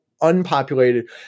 unpopulated